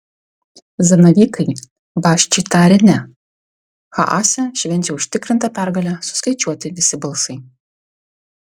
zanavykai basčiui tarė ne haase švenčia užtikrintą pergalę suskaičiuoti visi balsai